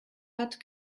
hat